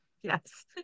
yes